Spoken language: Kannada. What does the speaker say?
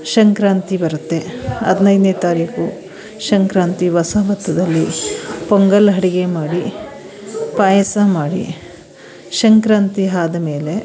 ಸಂಕ್ರಾಂತಿ ಬರುತ್ತೆ ಹದಿನೈದನೇ ತಾರೀಕು ಸಂಕ್ರಾಂತಿ ಹೊಸ ವರ್ಷದಲ್ಲಿ ಪೊಂಗಲ್ ಅಡುಗೆ ಮಾಡಿ ಪಾಯಸ ಮಾಡಿ ಸಂಕ್ರಾಂತಿ ಆದ್ಮೇಲೆ